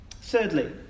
Thirdly